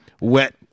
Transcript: wet